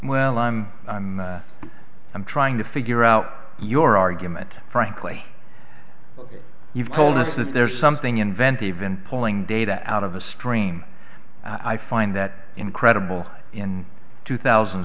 well i'm i'm i'm trying to figure out your argument frankly ok you've told us if there's something invented even pulling data out of a stream i find that incredible in two thousand